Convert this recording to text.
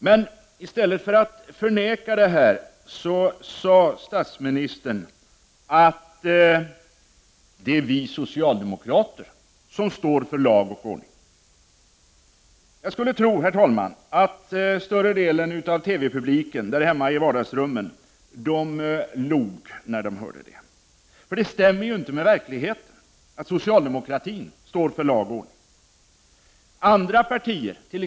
Men i stället för att förneka detta sade statsministern att det är socialdemokraterna som står för lag och ordning. Jag skulle tro, herr talman, att större delen av TV-publiken hemma i vardagsrummen log när den hörde detta. Det stämmer nämligen inte med verkligheten att socialdemokratin står för lag och ordning.